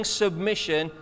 submission